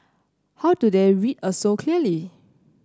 how do they read us so clearly